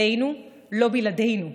עלינו, לא בלעדינו.